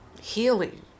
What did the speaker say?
healing